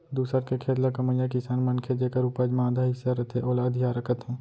दूसर के खेत ल कमइया किसान मनखे जेकर उपज म आधा हिस्सा रथे ओला अधियारा कथें